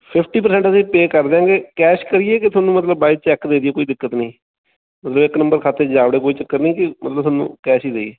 fifty percent ਅਸੀਂ pay ਕਰ ਦਿਆਂਗੇ ਕੈਸ਼ ਕਰੀਏ ਕਿ ਤੁਹਾਨੂੰ ਮਤਲਬ ਬਾਏ ਚੈੱਕ ਦੇ ਦੇਈਏ ਕੋਈ ਦਿੱਕਤ ਨਹੀਂ ਮਤਲਬ ਇੱਕ ਨੰਬਰ ਖਾਤੇ 'ਚ ਜਾ ਬੜੇ ਕੋਈ ਚੱਕਰ ਨਹੀਂ ਕਿ ਮਤਲਬ ਤੁਹਾਨੂੰ ਕੈਸ਼ ਹੀ ਦੇਈਏ